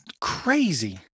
crazy